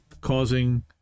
causing